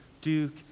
Duke